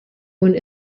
und